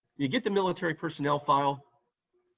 you get the military personnel file,